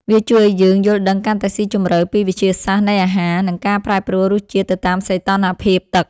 វាជួយឱ្យយើងយល់ដឹងកាន់តែស៊ីជម្រៅពីវិទ្យាសាស្ត្រនៃអាហារ និងការប្រែប្រួលរសជាតិទៅតាមសីតុណ្ហភាពទឹក។